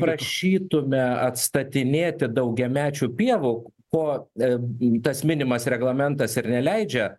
prašytume atstatinėti daugiamečių pievų po em tas minimas reglamentas ir neleidžia